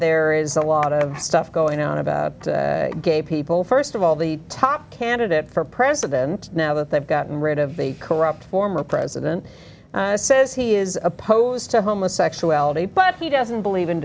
there is a lot of stuff going on about gay people st of all the top candidate for president now that they've gotten rid of the corrupt former president says he is opposed to homosexuality but he doesn't believe in